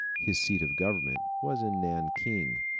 his seat of government was in nanking.